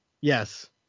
yes